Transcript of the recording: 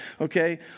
Okay